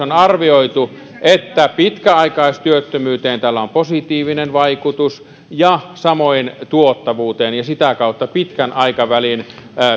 on arvioitu että pitkäaikaistyöttömyyteen tällä on positiivinen vaikutus ja samoin tuottavuuteen ja sitä kautta pitkän aikavälin